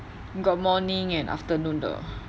got morning and afternoon 的